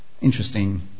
Interesting